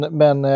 men